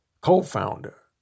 co-founder